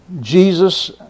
Jesus